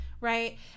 right